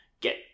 get